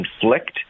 conflict